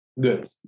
good